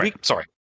sorry